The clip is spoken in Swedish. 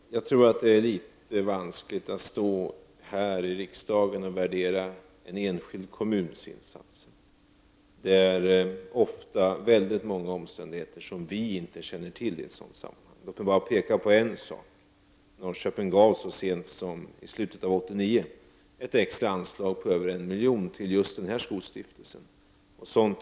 Herr talman! Jag tror att det är litet vanskligt att stå här i riksdagen och värdera en enskild kommuns insatser. Det finns ofta många omständigheter som vi inte känner till i ett sådant här sammanhang. Låt mig bara peka på en sak. Norrköping gavs så sent som i slutet av 1989 ett extra anslag på över 1 milj.kr. till just denna skolstiftelse.